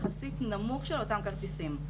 יחסית נמוך של אותם כרטיסים,